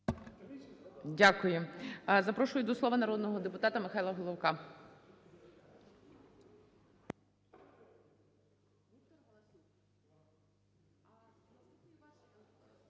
Дякую. Запрошую до слова народного депутата Романову.